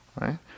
right